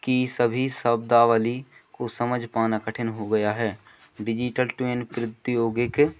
कि सभी शब्दावली को समझ पाना कठिन हो गया है डिजिटल ट्विन कृतयोगिक